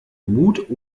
mut